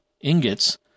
ingots